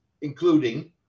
including